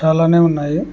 చాలానే ఉన్నాయి